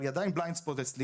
אבל היא עדיין Blind spot אצלי,